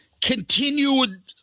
continued